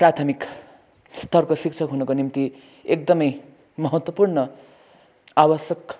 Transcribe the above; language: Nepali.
प्राथमिक स्तरको शिक्षक हुनुको निम्ति एकदमै महत्त्वपूर्ण आवश्यक